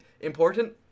important